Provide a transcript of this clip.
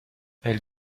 elle